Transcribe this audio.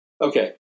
Okay